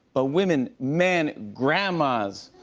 ah women, men, grandmas.